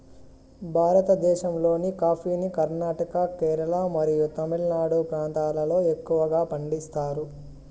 భారతదేశంలోని కాఫీని కర్ణాటక, కేరళ మరియు తమిళనాడు ప్రాంతాలలో ఎక్కువగా పండిస్తారు